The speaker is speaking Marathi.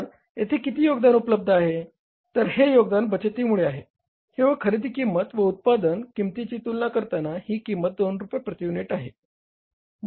तर येथे किती योगदान उपलब्ध आहे तर हे योगदान बचतीमुळे आहे किंवा खरेदी किंमत व उत्पादन किंमतीची तुलना करताना ही किंमत 2 रुपये प्रती युनिट होते